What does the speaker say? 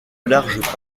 large